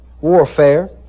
warfare